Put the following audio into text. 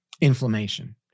inflammation